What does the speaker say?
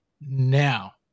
Now